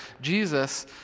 Jesus